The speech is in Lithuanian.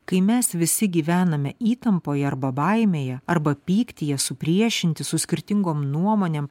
kai mes visi gyvename įtampoje arba baimėje arba pyktyje supriešinti su skirtingom nuomonėm